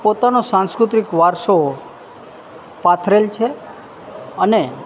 પોતાનો સાંસ્કૃતિક વારસો પાથરેલ છે